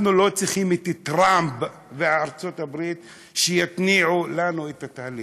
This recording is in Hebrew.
אנחנו לא צריכים את טראמפ וארצות הברית שיתניעו לנו את התהליך.